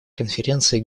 конференции